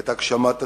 את הגשמת הארץ.